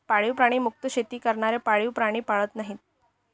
पाळीव प्राणी मुक्त शेती करणारे पाळीव प्राणी पाळत नाहीत